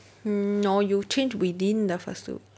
hmm or you change within the first two